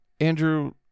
andrew